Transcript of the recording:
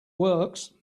works